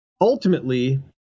ultimately